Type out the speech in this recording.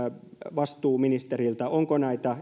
vastuuministeriltä onko näitä